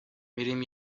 میریم